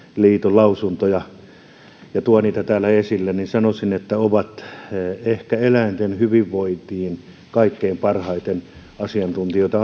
lausuntoja ja tuo niitä täällä esille sanoisin että he ovat ehkä eläinten hyvinvointiin kaikkein parhaita asiantuntijoita